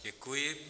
Děkuji.